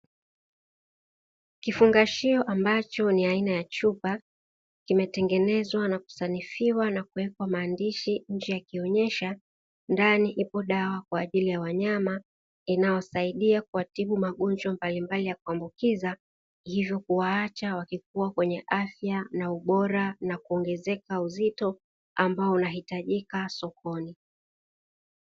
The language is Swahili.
Kifungashio ambacho ni aina ya chupa kimetengenezwa na kusanifiwa na kuwekwa maandishi njee yakionesha ndani ipo dawa kwa ajili ya wanyama inawasaidia kuwatibu magonjwa mbalimbali ya kuambukiza, hivyo kuwaacha wakikuwa kwenye afya na ubora na kuongezeka uzito ambao unahitajika sokoni.